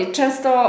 często